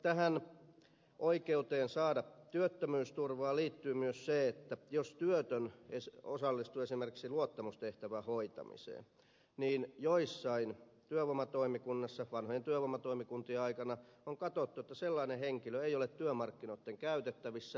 tähän oikeuteen saada työttömyysturvaa liittyy myös se että jos työtön osallistuu esimerkiksi luottamustehtävän hoitamiseen niin joissain työvoimatoimikunnissa vanhojen työvoimatoimikuntien aikana on katsottu että sellainen henkilö ei ole työmarkkinoitten käytettävissä